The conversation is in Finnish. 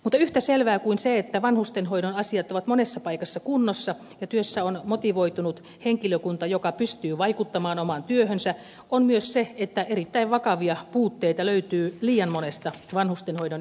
mutta yhtä selvää kuin se että vanhustenhoidon asiat ovat monessa paikassa kunnossa ja työssä on motivoitunut henkilökunta joka pystyy vaikuttamaan omaan työhönsä on myös se että erittäin vakavia puutteita löytyy liian monesta vanhustenhoidon yksiköstä